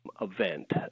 event